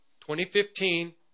2015